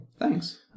Thanks